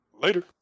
Later